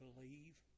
believe